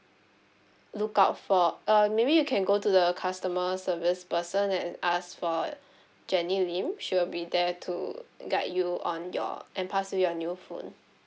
look out for err maybe you can go to the customer service person and ask for jenny lim she will be there to guide you on your and pass you your new phone